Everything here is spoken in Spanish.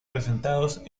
presentados